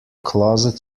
closet